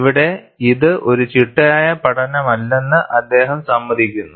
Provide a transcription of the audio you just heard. ഇവിടെ ഇത് ഒരു ചിട്ടയായ പഠനമല്ലെന്ന് അദ്ദേഹം സമ്മതിക്കുന്നു